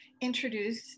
introduce